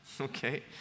Okay